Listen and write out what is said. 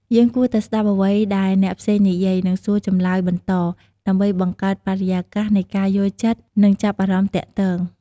យើងគួរតែស្ដាប់អ្វីដែលអ្នកផ្សេងនិយាយ និងសួរចម្លើយបន្ត ដើម្បីបង្កើតបរិយាកាសនៃការយល់ចិត្ត និងចាប់អារម្មណ៍ទាក់ទង។